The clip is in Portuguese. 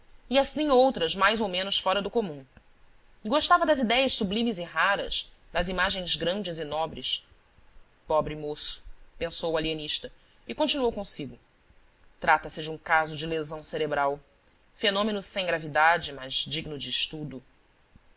e assim outras mais ou menos fora do comum gostava das idéias sublimes e raras das imagens grandes e nobres pobre moço pensou o alienista e continuou consigo trata-se de um caso de lesão cerebral fenômeno sem gravidade mas digno de estudo